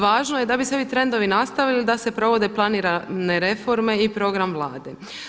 Važno je da bi se ovi trendovi nastavili da se provode planirane reforme i program Vlade.